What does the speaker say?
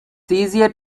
easier